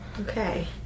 Okay